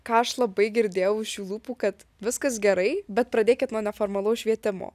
ką aš labai girdėjau iš jų lūpų kad viskas gerai bet pradėkit nuo neformalaus švietimo